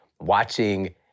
watching